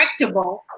correctable